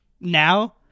now